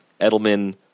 Edelman